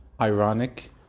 ironic